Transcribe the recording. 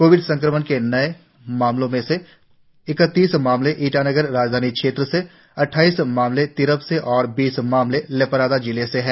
Covid संक्रमण के नए आए मामलों में से इकतीस मामले ईटानगर राजधानी क्षेत्र से अद्वाईस मामले तिरप से और बीस मामले लेपारादा जिले से आए है